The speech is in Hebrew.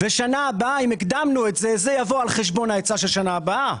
אם הקדמנו את זה זה יבוא על חשבון ההיצע של השנה הבאה,